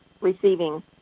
receiving